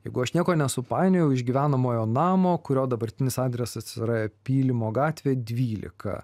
jeigu aš nieko nesupainiojau iš gyvenamojo namo kurio dabartinis adresas yra pylimo gatvė dvylika